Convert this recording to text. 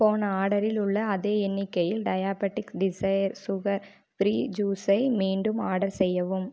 போன ஆர்டரில் உள்ள அதே எண்ணிக்கையில் டயாபெடிக் டிஸைர் சுகர் ஃப்ரீ ஜூஸை மீண்டும் ஆர்டர் செய்யவும்